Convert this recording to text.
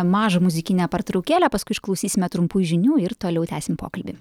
mažą muzikinę pertraukėlę paskui išklausysime trumpų žinių ir toliau tęsim pokalbį